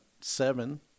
seven